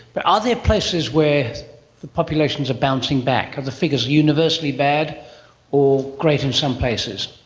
but are there places where the populations are bouncing back? are the figures universally bad or great in some places?